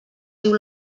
diu